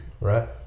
right